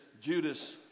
Judas